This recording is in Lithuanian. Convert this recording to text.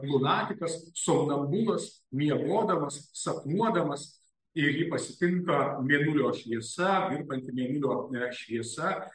lunatikas somnanbulas miegodamas sapnuodamas ir jį pasitinka mėnulio šviesa virpanti mėnulio šviesa